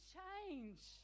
change